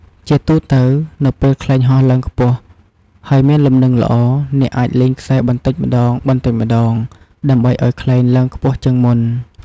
ជាទូទៅ នៅពេលខ្លែងហោះឡើងខ្ពស់ហើយមានលំនឹងល្អ អ្នកអាចលែងខ្សែបន្តិចម្តងៗ ដើម្បីឱ្យខ្លែងឡើងខ្ពស់ជាងមុន។